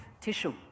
tissue